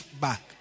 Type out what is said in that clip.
back